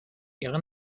ihre